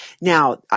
Now